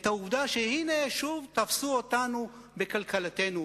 העובדה שהנה שוב תפסו אותנו בקלקלתנו.